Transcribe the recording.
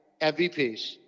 MVPs